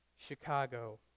Chicago